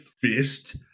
fist